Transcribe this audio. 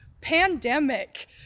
pandemic